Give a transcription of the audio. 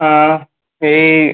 হ্যাঁ এই